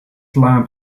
lamp